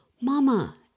Mama